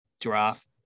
draft